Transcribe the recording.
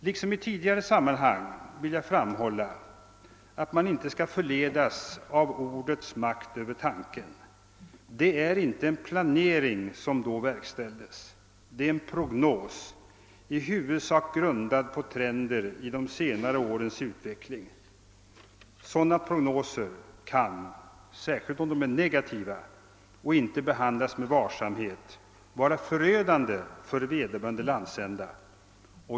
Liksom i tidigare sammanhang vill jag framhålla att man inte skall förledas av ordets makt över tanken. Det var inte en planering som då verkställdes. Det är en prognos, i huvudsak grundad på trender i de senare årens utveckling. Sådana prognoser kan, särskilt om de är negativa och inte behandlas med varsamhet, vara förödande för vederbörande landsända.